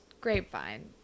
Grapevine